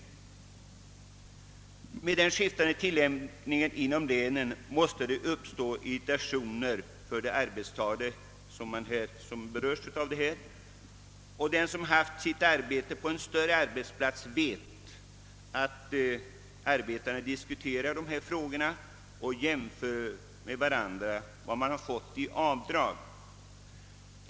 Denna skiftande tillämpning av lagen i olika län måste ge upphov till irritation hos de arbetstagare som berörs. Den som varit verksam på en arbetsplats vet att arbetarna diskuterar dessa frågor och jämför vad de fått i avdrag.